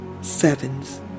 sevens